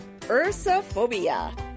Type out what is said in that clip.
Ursophobia